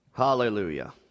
Hallelujah